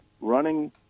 running